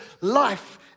life